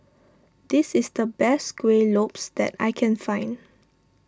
this is the best Kueh Lopes that I can find